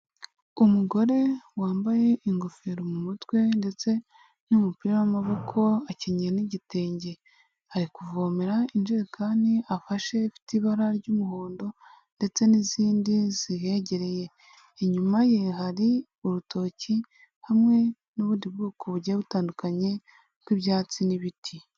Umugore wambaye ingofero mu mutwe ndetse n'umupira w'amaboko akenyeye n'igitenge, ari kuvomera injerekani afashe ifite ibara ry'umuhondo ndetse n'izindi zihegereye, inyuma ye hari urutoki kumwe n'ubundi bwoko bugiye butandukanye bw'ibyatsi n'ibiti.